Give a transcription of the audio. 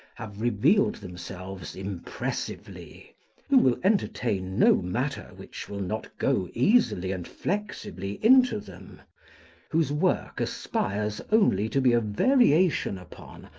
have revealed themselves impressively who will entertain no matter which will not go easily and flexibly into them whose work aspires only to be a variation upon,